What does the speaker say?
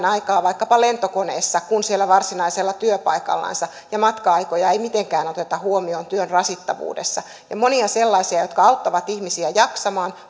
aikaa vaikkapa lentokoneessa kuin siellä varsinaisella työpaikallansa ja matka aikoja ei mitenkään oteta huomioon työn rasittavuudessa on monia sellaisia joustotarpeita jotka auttavat ihmisiä jaksamaan